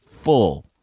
full